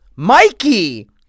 Mikey